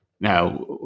Now